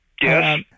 Yes